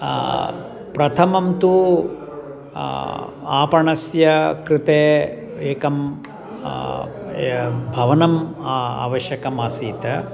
प्रथमं तू आपणस्य कृते एकं भवनम् आवश्यकम् आसीत्